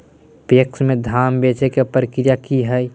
PACS में धाम बेचे के प्रक्रिया की हय?